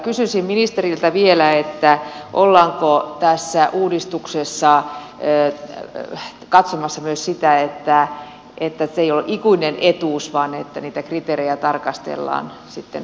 kysyisin ministeriltä vielä ollaanko tässä uudistuksessa katsomassa myös sitä että se ei ole ikuinen etuus vaan että kriteerejä tarkastellaan sitten useamminkin